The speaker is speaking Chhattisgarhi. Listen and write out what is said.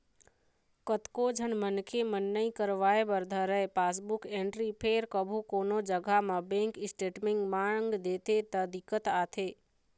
कतको झन मनखे मन नइ करवाय बर धरय पासबुक एंटरी फेर कभू कोनो जघा म बेंक स्टेटमेंट मांग देथे त दिक्कत आथे